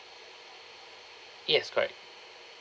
yes correct